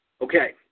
Okay